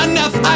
Enough